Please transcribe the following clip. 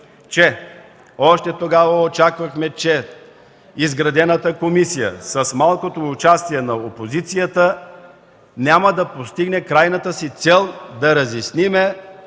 че още тогава очаквахме, че изградената комисия, с малкото участие на опозицията, няма да постигне крайната си цел да разясним